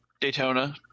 Daytona